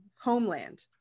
homeland